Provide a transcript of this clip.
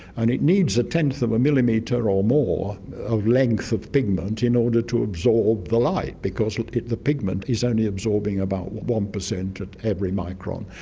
and it needs a tenth of a millimetre or more of length of pigment in order to absorb the light because the pigment is only absorbing about one percent at every micron.